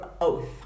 Oath